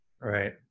right